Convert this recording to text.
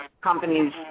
companies